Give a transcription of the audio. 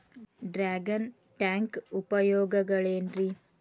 Dragon tank ಉಪಯೋಗಗಳೆನ್ರಿ?